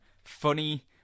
Funny